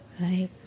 Right